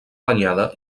danyada